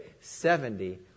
Seventy